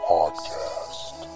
Podcast